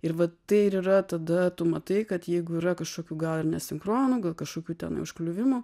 ir va tai ir yra tada tu matai kad jeigu yra kažkokių gal ir nesinchronų gal kažkokių ten užkliuvimų